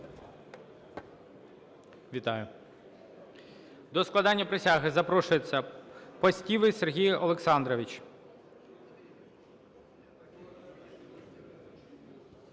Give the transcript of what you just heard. Вітаю! До складення присяги запрошується Постівий Сергій Олександрович.